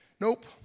nope